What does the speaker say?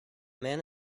man